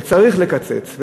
וצריך לקצץ,